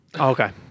Okay